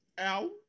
Ow